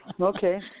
Okay